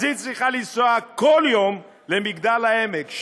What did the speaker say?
אז היא צריכה לנסוע כל יום למגדל העמק,